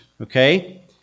okay